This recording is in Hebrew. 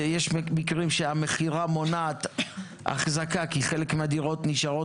יש מקרים שהמכירה מונעת אחזקה כי חלק מהדירות נשארות